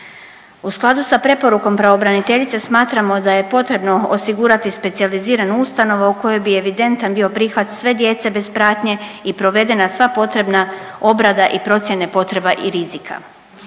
U skladu sa preporukom pravobraniteljice smatramo da je potrebno osigurati specijaliziranih ustanova u kojoj bi evidentan bio prihvat sve djece bez pratnje i provedena sva potrebna obrada i procjene potreba i rizika.